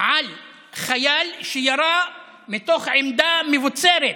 על חייל שירה מתוך עמדה מבוצרת